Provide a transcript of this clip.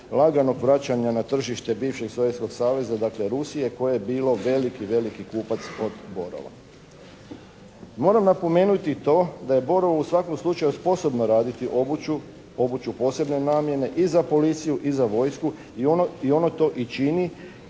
laganog vraćanja na tržište bivšeg Sovjetskog Saveza dakle, Rusije koje je bilo veliki, veliki kupac od "Borova". Moram napomenuti i to da je "Borovo" u svakom slučaju sposobno raditi obuću, obuću posebne namjene i za Policiju i za vojsku i ono to i čini